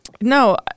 no